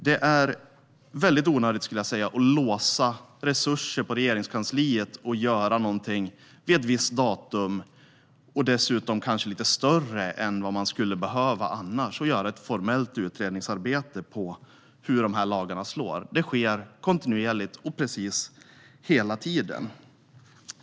Det är mycket onödigt att låsa resurser på Regeringskansliet för att göra någonting vid ett visst datum och dessutom kanske göra det lite större än vad man skulle behöva genom att göra ett formellt utredningsarbete gällande hur de här lagarna slår. Det sker kontinuerligt.